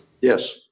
Yes